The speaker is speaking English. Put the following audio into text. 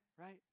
right